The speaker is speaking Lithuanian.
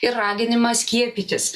ir raginimą skiepytis